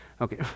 Okay